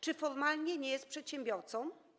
Czy formalnie nie jest przedsiębiorcą?